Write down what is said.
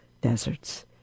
deserts